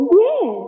yes